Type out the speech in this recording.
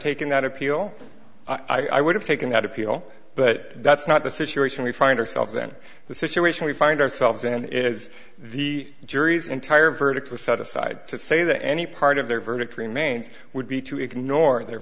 taken that appeal i would have taken that appeal but that's not the situation we find ourselves in the situation we find ourselves in is the jury's entire verdict was set aside to say that any part of their verdict remains would be to ignore their